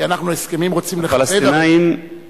כי אנחנו רוצים לכבד הסכמים,